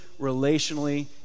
relationally